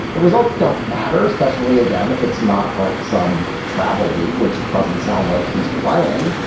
the results don't matter especially again if it's not like some travel league which doesn't sound like he's playing.